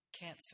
Cancer